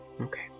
Okay